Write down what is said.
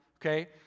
okay